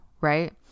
right